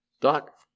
Doc